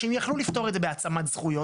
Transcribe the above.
שהם יכלו לפתור את זה בהעצמת זכויות,